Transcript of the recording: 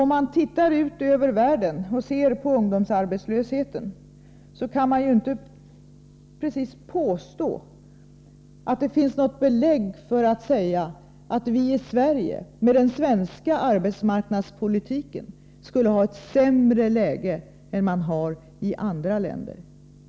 Om man tittar ut över världen och ser på ungdomsarbetslösheten kan man inte precis påstå att det finns något belägg för att säga att vi i Sverige, med den svenska arbetsmarknadspolitiken, skulle ha ett sämre läge än man har i andra länder.